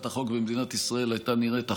החוק במדינת ישראל הייתה נראית אחרת,